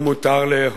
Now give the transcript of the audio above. ומותר לאהוב".